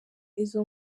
izo